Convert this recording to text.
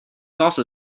also